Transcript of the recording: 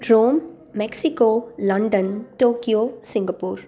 Rome Mexico London Tokyo Singapore